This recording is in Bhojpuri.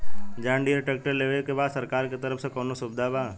जॉन डियर ट्रैक्टर लेवे के बा सरकार के तरफ से कौनो सुविधा बा?